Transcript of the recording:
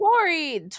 Tori